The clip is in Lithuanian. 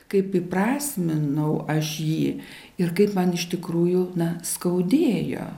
kaip įprasminau aš jį ir kaip man iš tikrųjų skaudėjo